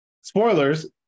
spoilers